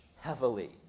heavily